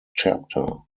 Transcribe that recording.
chapter